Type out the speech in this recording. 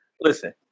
listen